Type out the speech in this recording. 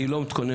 אני לא מתכונן,